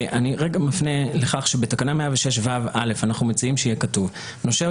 אני מפנה לכך שבתקנה 106ו(א) אנחנו מציעים שיהיה כתוב: "נושה או